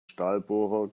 stahlbohrer